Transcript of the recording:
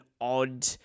odd